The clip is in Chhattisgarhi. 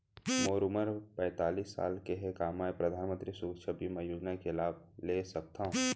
मोर उमर पैंतालीस साल हे का मैं परधानमंतरी सुरक्षा बीमा योजना के लाभ ले सकथव?